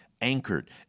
anchored